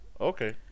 Okay